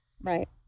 Right